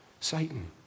Satan